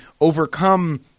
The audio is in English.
overcome